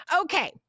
okay